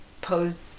posed